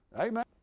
Amen